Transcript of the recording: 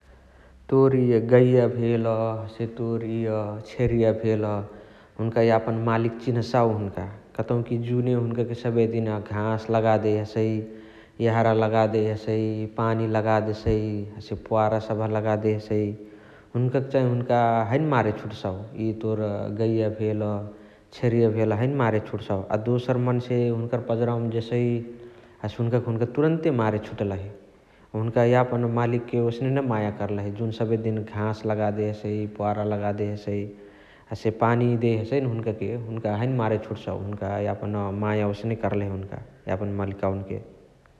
तोर इअ गैया भेल हसे तोर इअ छेरिया भेल हुनुका यापन मालिक चिन्हसाउ हुनुका । कतउकी जुन हुनुका के सबेदिन घास लगा देइ हसइ यहाँरा लगादेइ हसइ, पानी लगा देसइ । हसे प्वारा सबह लगा देसइ । हुनुका के चाही हुन्का हैने मारे छुतसाउ । इ तोर गैय भेल्, छेरिय भेल हैने मारे छुटसाउ । अ दोसर मन्से हुन्कर पजरावमा जेसइ हसे हुन्काके हुन्का तुरन्ते मारे छुटलही । हुन्का यापन मालिकके ओसने नै माया करलही जुन सबेदिन घास लगा देसइ प्वारा लगा देइहसइ । हसे पानी देइ हसइन हुन्कके हुन्का हैने मारे छुटसाउ । हुन्का माया ओसने कर्लही हुन्का यापन मलिकावन्के ।